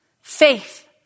Faith